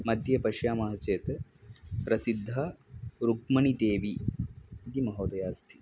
मध्ये पश्यामः चेत् प्रसिद्धा रुक्मिणिदेवी इति महोदया अस्ति